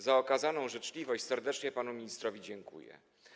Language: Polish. Za okazaną życzliwość serdecznie panu ministrowi dziękuję.